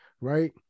right